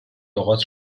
لغات